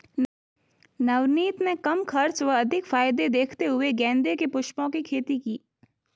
नवनीत ने कम खर्च व अधिक फायदे देखते हुए गेंदे के पुष्पों की खेती की